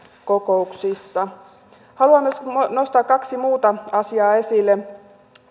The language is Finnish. kokouksissa haluan myös nostaa kaksi muuta asiaa esille